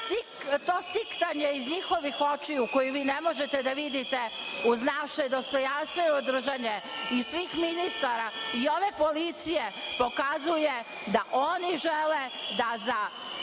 To siktanje iz njihovih očiju koje vi ne možete da vidite, uz naše dostojanstveno držanje, i svih ministara i ove koalicije, pokazuje da oni žele da za